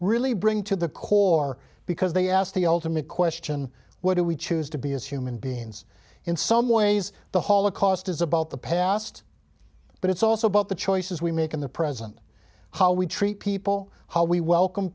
really bring to the core because they ask the ultimate question what do we choose to be as human beings in some ways the holocaust is about the past but it's also about the choices we make in the present how we treat people how we welcome